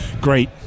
Great